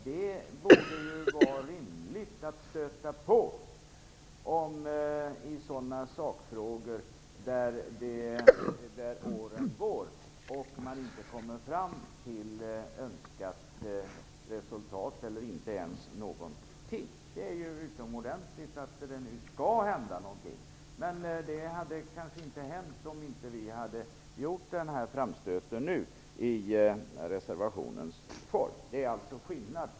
Det är väl rimligt att stöta på om sådana sakfrågor när åren går och man inte kommer fram till önskat resultat eller till något resultat alls. Det är ju utomordentligt att det nu skall hända någonting, men så hade det kanske inte blivit om inte vi hade gjort den här framstöten nu i form av en reservation.